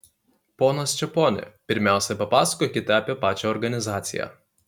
ponas čeponi pirmiausia papasakokite apie pačią organizaciją